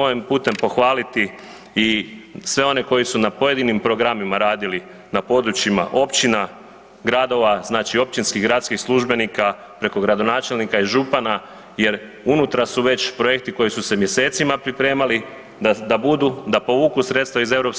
ovim putem pohvaliti i sve one koji su na pojedinim programima radili na područjima općina, gradova, znači općinskih, gradskih službenika preko gradonačelnika i župana jer unutra su već projekti koji su se mjesecima pripremali da budu, da povuku sredstva iz EU.